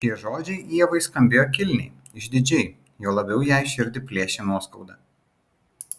šie žodžiai ievai skambėjo kilniai išdidžiai juo labiau jai širdį plėšė nuoskauda